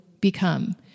become